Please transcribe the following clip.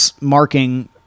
marking